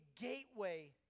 gateway